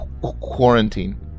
quarantine